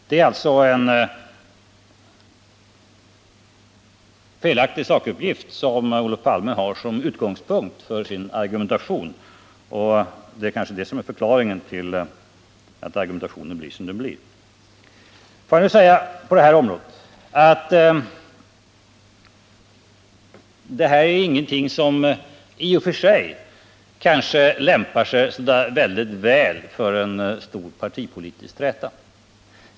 Det är alltså en felaktig sakuppgift som Olof Palme har som utgångspunkt för sin argumentation. Det är kanske det som är förklaringen till att argumentationen blir som den blir. Det här är kanske i och för sig ingenting som lämpar sig särskilt väl för en stor partipolitisk träta.